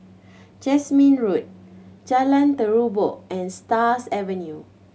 Jasmine Road Jalan Terubok and Stars Avenue